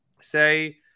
say